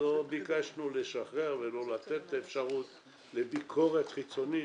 לא ביקשנו לשחרר ולא לתת אפשרות לביקורת חיצונית.